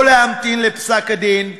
לא להמתין לפסק-הדין,